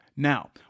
Now